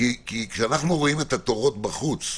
כי כשאנחנו רואים את התורים בחוץ,